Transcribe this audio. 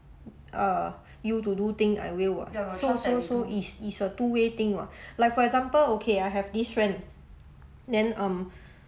err you to do thing I will [what] so so so is is a two way thing [what] like for example okay I have this friend then um